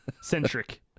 centric